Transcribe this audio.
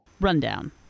Rundown